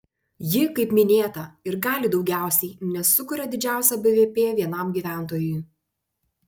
ji kaip minėta ir gali daugiausiai nes sukuria didžiausią bvp vienam gyventojui